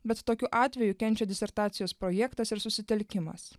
bet tokiu atveju kenčia disertacijos projektas ir susitelkimas